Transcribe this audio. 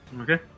Okay